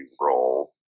role